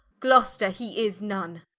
gloster he is none.